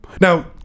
Now